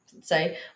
say